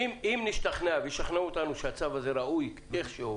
אם נשתכנע וישכנעו אותנו שהצו הזה ראוי איך שהוא